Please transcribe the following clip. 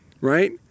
right